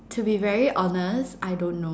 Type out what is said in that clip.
to be very honest I don't know